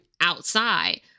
outside